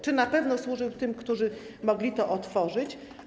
Czy na pewno służył tym, którzy mogli sklep otworzyć?